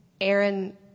Aaron